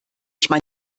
ich